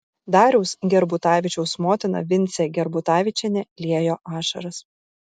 dariaus gerbutavičiaus motina vincė gerbutavičienė liejo ašaras